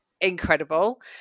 incredible